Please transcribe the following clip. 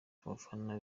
abafana